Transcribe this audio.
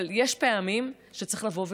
אבל יש פעמים שצריך לבוא ולומר: